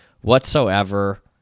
whatsoever